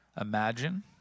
imagine